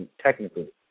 technically